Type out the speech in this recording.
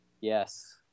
Yes